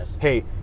hey